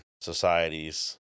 societies